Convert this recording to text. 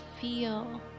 feel